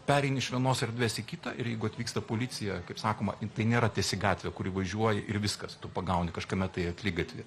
pereini iš vienos erdvės į kitą ir jeigu atvyksta policija kaip sakoma tai nėra tiesi gatvė kur įvažiuoji ir viskas tu pagauni kažkame tai akligatvyje